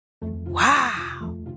Wow